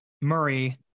Murray